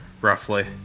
roughly